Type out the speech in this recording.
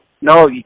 no